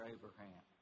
Abraham